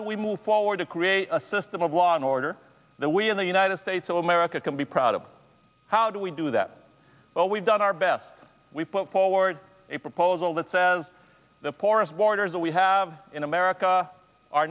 do we move forward to create a system of law and order that we in the united states of america can be proud of how do we do that well we've done our best we've put forward a proposal that says the porous borders that we have in america are